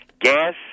gas